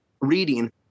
reading